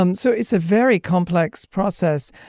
um so it's a very complex process.